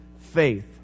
faith